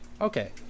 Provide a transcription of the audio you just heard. Okay